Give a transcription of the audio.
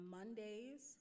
Mondays